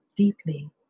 Deeply